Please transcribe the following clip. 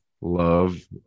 love